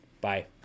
Bye